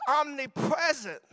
omnipresent